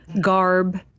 garb